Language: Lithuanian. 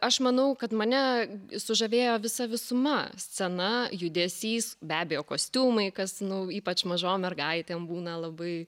aš manau kad mane sužavėjo visa visuma scena judesys be abejo kostiumai kas nu ypač mažom mergaitėm būna labai